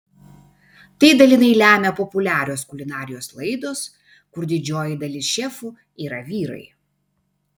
tai dalinai lemia populiarios kulinarijos laidos kur didžioji dalis šefų yra vyrai